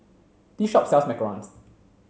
this shop sells Macarons